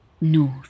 North